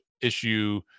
issue